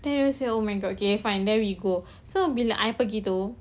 then he say oh my god K fine then we go so bila I pergi tu